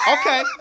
Okay